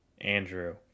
Andrew